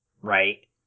Right